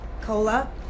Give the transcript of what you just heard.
Cola